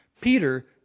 Peter